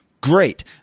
Great